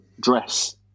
dress